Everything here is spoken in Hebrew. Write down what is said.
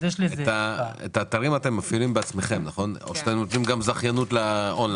את האתרים אתם מפעילים בעצמכם או שיש לכם גם זכיינים באון-ליין?